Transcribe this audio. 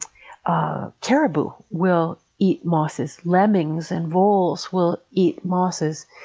ah cariboo will eat mosses. lemmings and voles will eat mosses.